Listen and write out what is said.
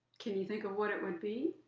can you think of what it would be?